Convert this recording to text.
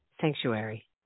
Sanctuary